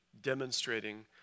demonstrating